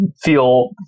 feel